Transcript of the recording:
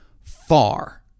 far